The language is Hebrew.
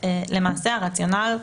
למעשה הרציונל,